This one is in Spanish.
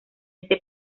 este